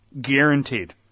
Guaranteed